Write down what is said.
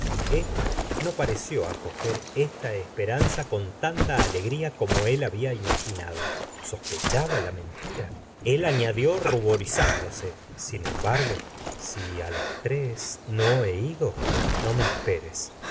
emma no pareció acoger esta esperanza con tanta alegria como él había imaginado sospechaba la mentira el añadió ruborizán dose sin embargo si á las tres no he ido no me esperes